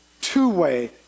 two-way